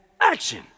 action